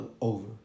over